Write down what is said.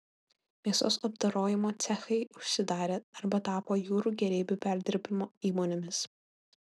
mėsos apdorojimo cechai užsidarė arba tapo jūrų gėrybių perdirbimo įmonėmis